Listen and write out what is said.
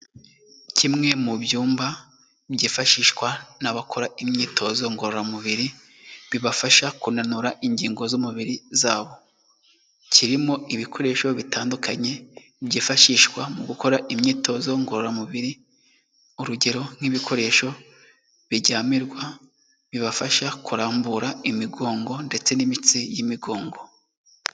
Kimwe mu byumba, byifashishwa n'abakora imyitozo ngororamubiri, bibafasha kunanura ingingo z'umubiri zabo. Kirimo ibikoresho bitandukanye byifashishwa mu gukora imyitozo ngororamubiri, urugero nk'ibikoresho bijyamirwa, bibafasha kurambura imigongo ndetse n'imitsi y'imigongo.